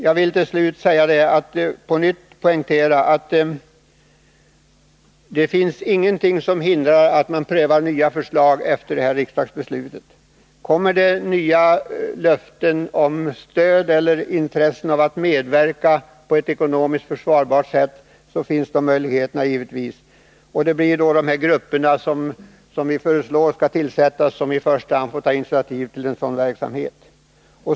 Jag vill till slut på nytt poängtera att det inte finns någonting som hindrar att man efter detta riksdagsbeslut prövar nya förslag. Kommer det nya löften om stöd eller visas intresse för att medverka på ett ekonomiskt försvarbart sätt, finns dessa möjligheter givetvis kvar. Det blir då dessa grupper som vi föreslår skall tillsättas som i första hand får ta initiativ till en sådan verksamhet.